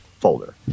folder